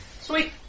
Sweet